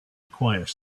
acquire